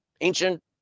ancient